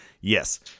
yes